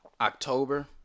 October